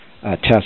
test